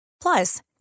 Plus